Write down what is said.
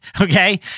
Okay